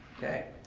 okay,